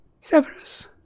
Severus